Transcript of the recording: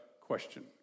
question